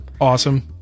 Awesome